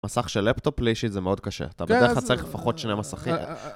מסך של לפטופ, לי אישית זה מאוד קשה, אתה בדרך כלל צריך לפחות שני מסכים.